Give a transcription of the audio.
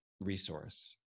resource